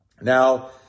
Now